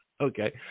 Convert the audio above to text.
okay